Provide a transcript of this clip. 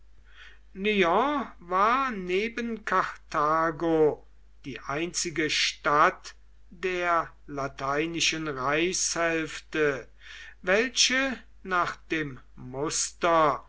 war neben karthago die einzige stadt der lateinischen reichshälfte welche nach dem muster